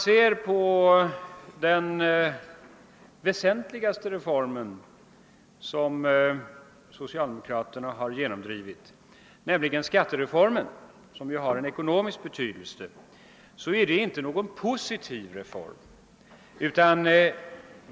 Den väsentligaste reform som socialdemokraterna har genomdrivit, nämligen skattereformen, är emellertid inte någon positiv reform.